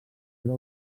seva